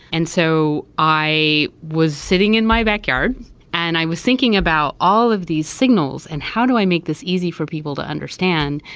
and so i was sitting in my backyard and i was thinking about all of these signals and how do i make this easy for people to understand,